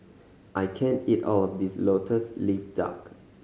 I can't eat all of this Lotus Leaf Duck